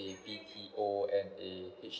B_T_O and a